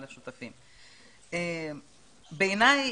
בעיניי,